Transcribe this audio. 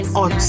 on